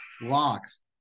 Locks